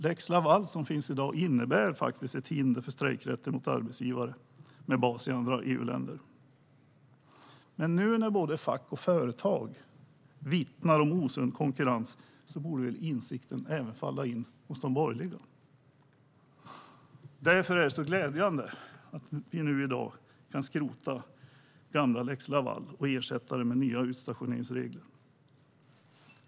Lex Laval innebär faktiskt ett hinder för strejkrätten mot arbetsgivare med bas i andra EU-länder. Nu när både fack och företag vittnar om osund konkurrens borde väl insikten även komma på plats hos de borgerliga. Därför är det så glädjande att vi i dag kan skrota gamla lex Laval och ersätta den med nya utstationeringsregler.